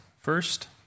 First